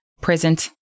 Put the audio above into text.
present